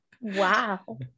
Wow